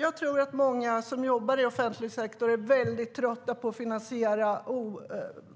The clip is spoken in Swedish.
Jag tror att många som jobbar i offentlig sektor är trötta på